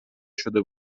شده